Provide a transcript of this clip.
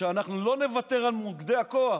אנחנו לא נוותר על מוקדי הכוח,